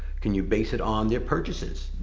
can you base it on their purchases?